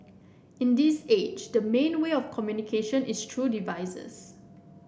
in this age the main way of communication is through devices